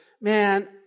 man